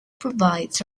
provides